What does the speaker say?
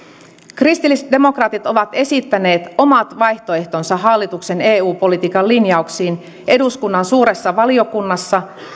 kristillisdemokraatit ovat esittäneet omat vaihtoehtonsa hallituksen eu politiikan linjauksiin eduskunnan suuressa valiokunnassa